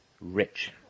rich